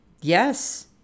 Yes